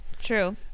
true